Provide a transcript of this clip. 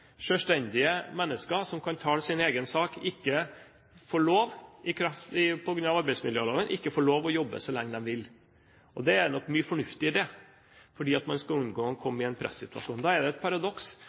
mennesker som kan tale sin egen sak, ikke får lov til å jobbe så lenge de vil på grunn av arbeidsmiljøloven. Det er nok mye fornuftig i det, for man skal unngå å komme i en